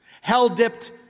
Hell-dipped